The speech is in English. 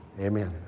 Amen